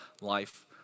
life